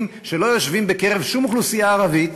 שלא יושבים בקרב שום אוכלוסייה ערבית